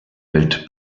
welt